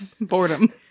Boredom